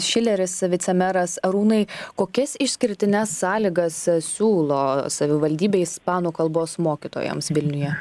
šileris vicemeras arūnai kokias išskirtines sąlygas siūlo savivaldybė ispanų kalbos mokytojams vilniuje